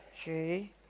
Okay